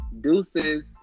deuces